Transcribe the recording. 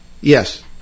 Yes